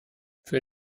für